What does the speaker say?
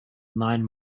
nine